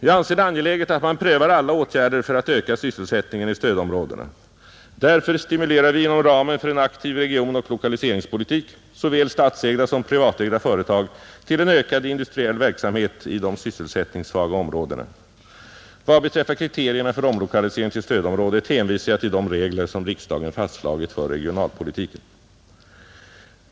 Jag anser det angeläget att man prövar alla åtgärder för att öka sysselsättningen i stödområdena, Därför stimulerar vi inom ramen för en aktiv regionoch lokaliseringspolitik såväl statsägda som privatägda företag till en ökad industriell verksamhet i de sysselsättningssvaga områdena, Vad beträffar kriterierna för omlokalisering till stödområdet hänvisar jag till de regler som riksdagen fastslagit för regionalpolitiken.